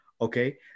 Okay